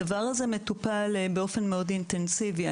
הדבר הזה מטופל באופן מאוד אינטנסיבי.